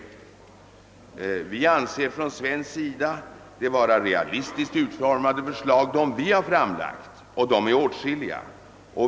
Vi anser från svensk sida de förslag vi har framlagt vara realistiskt utformade, och de är åtskilliga.